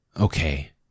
Okay